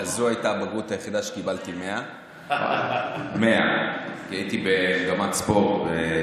זאת הייתה הבגרות היחידה שקיבלתי בה 100. הייתי במגמת ספורט.